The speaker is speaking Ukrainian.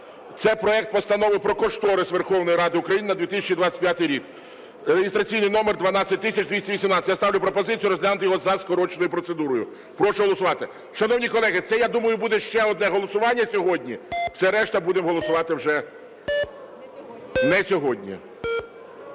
Це проект Постанови про кошторис Верховної Ради України на 2025 рік (реєстраційний номер 12218). Я ставлю пропозицію розглянути його за скороченою процедурою. Прошу голосувати. Шановні колеги, це, я думаю, буде ще одне голосування сьогодні, все решту будемо голосувати вже не сьогодні.